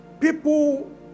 people